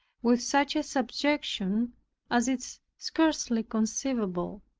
with such a subjection as is scarcely conceivable.